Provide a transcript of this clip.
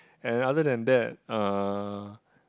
and other than that uh